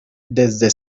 desde